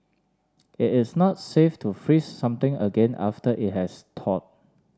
it is not safe to freeze something again after it has thaw